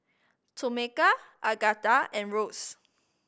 Tomeka Agatha and Rose